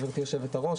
גברתי יושבת הראש,